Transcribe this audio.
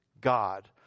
God